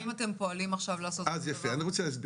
אני רוצה להסביר.